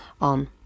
on